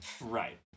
Right